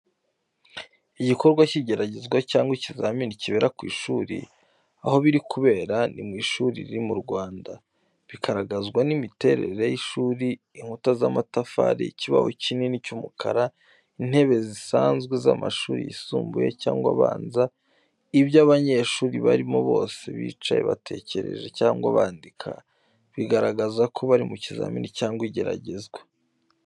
Igikorwa cy’igeragezwa cyangwa ikizamini kibera mu ishuri. Aho biri kubera ni mu ishuri riri mu Rwanda, bikagaragazwa n’imiterere y’ishuri inkuta z'amatafari, ikibaho kinini cy'umukara, intebe zisanzwe z’amashuri yisumbuye cyangwa abanza. Ibyo abanyeshuri barimo bose bicaye batekereje cyangwa bandika, bigaragaza ko bari mu kizamini cyangwa mu igeragezwa.